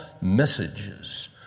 messages